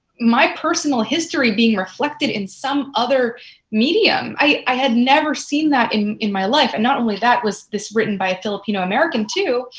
my personal history being reflected in some other medium. i had never seen that in in my life. and not only that, was this written by a filipino american too.